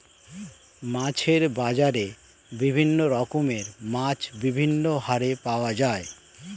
মাছের বাজারে বিভিন্ন রকমের মাছ বিভিন্ন হারে পাওয়া যায়